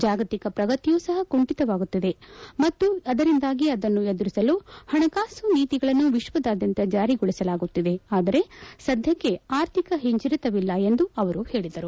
ಜಾಗತಿಕ ಪ್ರಗತಿಯೂ ಸಹ ಕುಂಠಿತವಾಗುತ್ತಿದೆ ಮತ್ತು ಅದರಿಂದಾಗಿ ಅದನ್ನು ಎದುರಿಸಲು ಹಣಕಾಸು ನೀತಿಗಳನ್ನು ವಿಶ್ವದಾದ್ದಂತ ಜಾರಿಗೊಳಿಸಲಾಗುತ್ತಿದೆ ಆದರೆ ಸದ್ದಕ್ಷೆ ಆರ್ಥಿಕ ಹಿಂಜರಿತವಿಲ್ಲ ಎಂದು ಅವರು ಹೇಳಿದರು